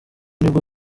nibwo